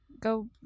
Go